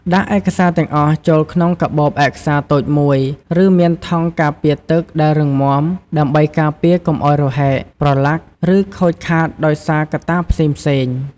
ដាក់ឯកសារទាំងអស់ចូលក្នុងកាបូបឯកសារតូចមួយ ឬមានថង់ការពារទឹកដែលរឹងមាំ ដើម្បីការពារកុំឲ្យរហែក ប្រឡាក់ ឬខូចខាតដោយសារកត្តាផ្សេងៗ។